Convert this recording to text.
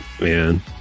man